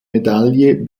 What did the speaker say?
medaille